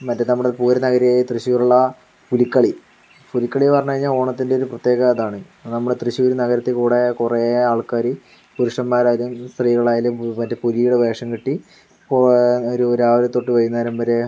മറ്റേ നമ്മുടെ പൂര നഗരിയായ തൃശൂരുള്ള പുലികളി പുലികളി പറഞ്ഞു കഴിഞ്ഞാൽ ഓണത്തിൻ്റെ ഒരു പ്രത്യേകത ഇതാണ് നമ്മള തൃശൂർ നഗരത്തിൽ കൂടി കുറേ ആൾക്കാർ പുരുഷന്മാരായാലും സ്ത്രീകളായാലും മറ്റേ പുലിയുടെ വേഷം കെട്ടി ഒരു രാവിലെ തൊട്ട് വൈകുന്നേരം വരെ